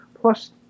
plus